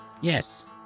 yes